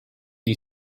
gli